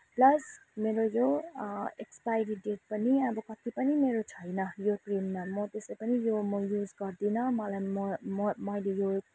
plus मेरो जो expiry date पनि अब कति पनि मेरो छैन यो क्रिममा म त्यसै पनि म यो युज गर्दिनँ मलाई म म मैले यो